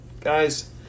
guys